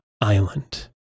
Island